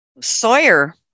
Sawyer